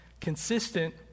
consistent